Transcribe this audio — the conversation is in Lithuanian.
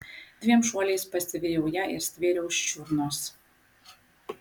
dviem šuoliais pasivijau ją ir stvėriau už čiurnos